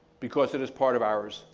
because it is part of ours.